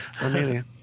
Amelia